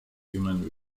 human